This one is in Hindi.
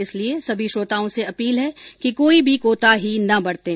इसलिए सभी श्रोताओं से अपील है कि कोई भी कोताही न बरतें